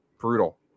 brutal